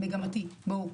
מגמתי, בואו.